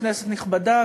כנסת נכבדה,